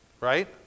Right